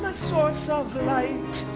ah source of light.